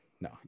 no